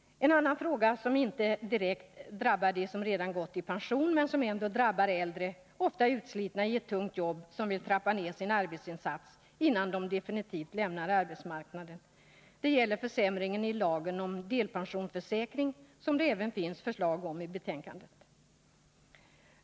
En annan försämring, som inte direkt drabbar dem som redan gått i pension men som ändå drabbar äldre ofta utslitna i ett tungt jobb, vilka vill trappa ner sin arbetsinsats innan de definivt lämnar arbetsmarknaden, är ändringen i lagen om delpensionsförsäkring, som det även finns förslag om i betänkandet.